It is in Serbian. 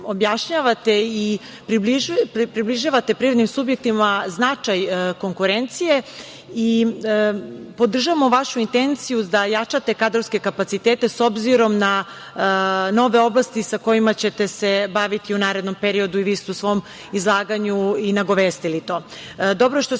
objašnjavate i približavate privrednim subjektima značaj konkurencije. Podržavamo vašu intenciju da jačate kadrovske kapacitete, s obzirom na nove oblasti sa kojima ćete se baviti u narednom periodu. Vi ste u svom izlaganju i nagovestili